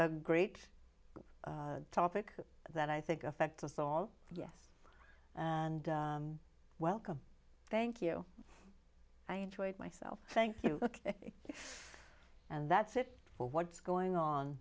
a great topic that i think affects us all yes and welcome thank you i enjoyed myself thank you and that's it for what's going on